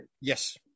Yes